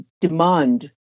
demand